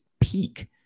peak